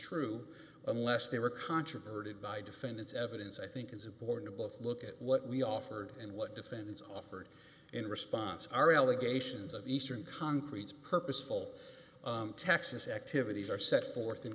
true unless they were controverted by defendant's evidence i think is important both look at what we offered and what defendants offered in response are allegations of eastern concretes purposeful texas activities are set forth in